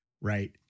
right